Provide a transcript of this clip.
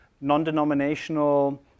non-denominational